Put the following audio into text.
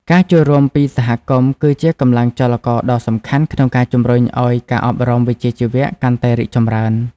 ការចូលរួមពីសហគមន៍គឺជាកម្លាំងចលករដ៏សំខាន់ក្នុងការជំរុញឱ្យការអប់រំវិជ្ជាជីវៈកាន់តែរីកចម្រើន។